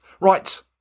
Right